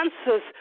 answers